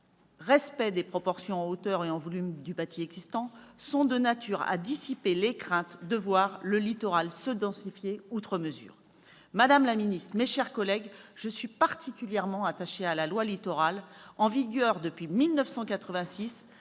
respect des proportions en hauteur et en volume du bâti existant -sont de nature à dissiper les craintes de voir le littoral se densifier outre mesure. Madame la secrétaire d'État, mes chers collègues, je suis particulièrement attachée à la loi Littoral. En vigueur depuis 1986,